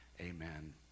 Amen